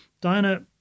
Diana